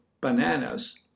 bananas